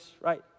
right